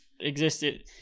existed